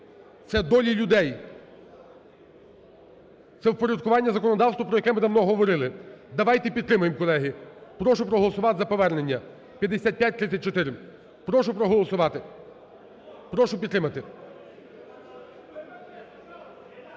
Це долі людей! Це впорядкування законодавства, про яке ми давно говорили. Давайте підтримаємо, колеги! Прошу проголосувати за повернення, 5534. Прошу проголосувати, прошу підтримати.